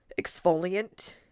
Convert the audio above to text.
exfoliant